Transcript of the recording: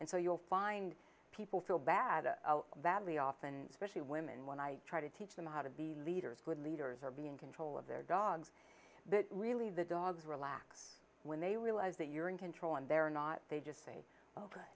and so you'll find people feel bad valley often specially women when i try to teach them how to be leaders good leaders or being control of their dogs that really the dogs relax when they realize that you're in control and they're not they just say